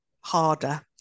harder